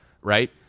right